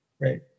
Right